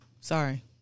sorry